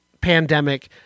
pandemic